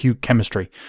chemistry